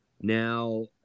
Now